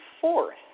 fourth